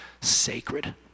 sacred